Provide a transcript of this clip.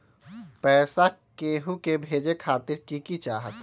पैसा के हु के भेजे खातीर की की चाहत?